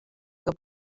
que